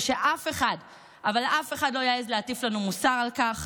ושאף אחד אבל אף אחד לא יעז להטיף לנו מוסר על כך.